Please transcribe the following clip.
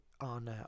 on